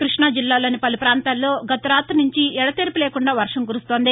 క్బష్ణ జిల్లాలోని పలు ప్రాంతాలలో గత రాతి నుంచి ఎడతెరిపి లేకుండా వర్షం కురుస్తోంది